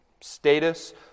Status